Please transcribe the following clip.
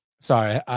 sorry